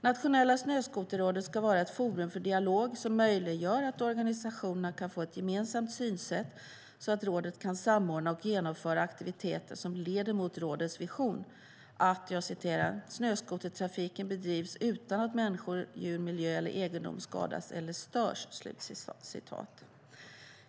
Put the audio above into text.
Nationella Snöskoterrådet ska vara ett forum för dialog som möjliggör att organisationerna kan få ett gemensamt synsätt så att rådet kan samordna och genomföra aktiviteter som leder mot rådets vision: "Snöskotertrafiken bedrivs utan att människor, djur, miljö eller egendom skadas eller störs."